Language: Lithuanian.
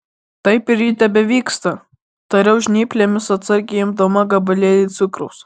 taip ir ji tebevyksta tariau žnyplėmis atsargiai imdama gabalėlį cukraus